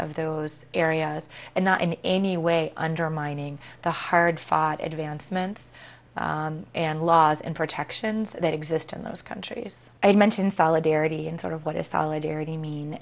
of those areas and not in any way undermining the hard fought advancements and laws and protections that exist in those countries i mentioned solidarity and sort of what is solidarity mean